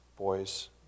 boys